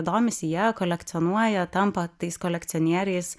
domisi ja kolekcionuoja tampa tais kolekcionieriais